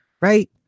right